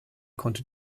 konnte